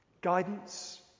guidance